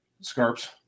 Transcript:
Scarps